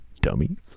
dummies